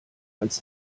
als